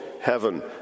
heaven